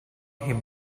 him